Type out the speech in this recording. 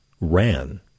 ran